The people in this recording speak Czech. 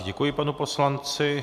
Děkuji panu poslanci.